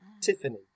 Tiffany